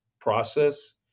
process